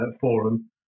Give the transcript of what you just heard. forum